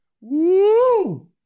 woo